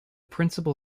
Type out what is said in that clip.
principal